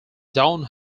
downe